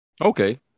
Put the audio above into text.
Okay